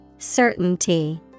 certainty